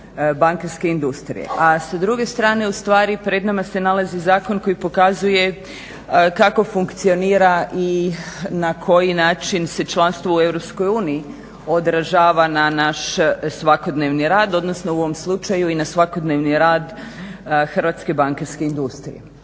bankarske industrije, a s druge strane u stvari pred nama se nalazi zakon koji pokazuje kako funkcionira i na koji način se članstvo u EU odražava na naš svakodnevni rad, odnosno u ovom slučaju i na svakodnevni rad hrvatske bankarske industrije.